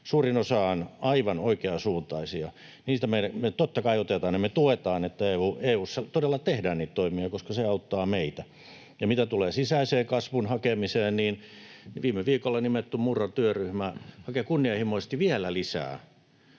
Suurin osa on aivan oikeansuuntaisia. Me totta kai otetaan... Me tuetaan, että EU:ssa todella tehdään niitä toimia, koska se auttaa meitä. Ja mitä tulee sisäiseen kasvun hakemiseen, niin viime viikolla nimetty Murron työryhmä hakee kunnianhimoisesti vielä lisää,